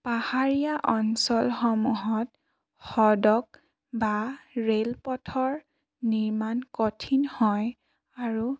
পাহাৰীয়া অঞ্চলসমূহত সদক বা ৰেলপথৰ নিৰ্মাণ কঠিন হয় আৰু